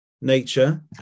nature